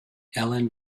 ellen